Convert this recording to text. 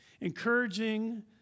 encouraging